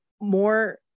more